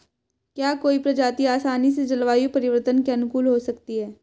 क्या कोई प्रजाति आसानी से जलवायु परिवर्तन के अनुकूल हो सकती है?